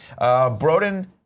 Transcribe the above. Broden